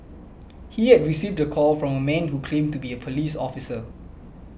he had received a call from a man who claimed to be a police officer